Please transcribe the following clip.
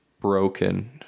broken